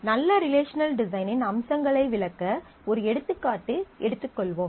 நல்ல ரிலேஷனல் டிசைனின் அம்சங்களை விளக்க ஒரு எடுத்துக்காட்டு எடுத்துக்கொள்வோம்